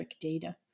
data